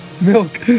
Milk